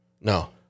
No